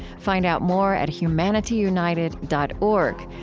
find out more at humanityunited dot org,